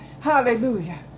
Hallelujah